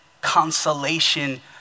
consolation